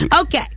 okay